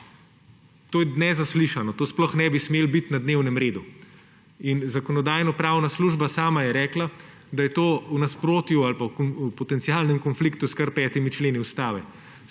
To je nezaslišano, to sploh ne bi smelo biti na dnevnem redu. Zakonodajno-pravna služba sama je rekla, da je to v nasprotju ali pa v potencialnem konfliktu s kar petimi členi Ustave: